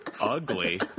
ugly